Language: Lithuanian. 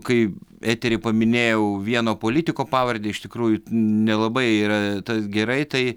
kai eteryje paminėjau vieno politiko pavardę iš tikrųjų nelabai yra tas gerai tai